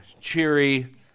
cheery